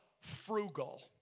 Frugal